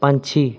ਪੰਛੀ